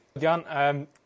John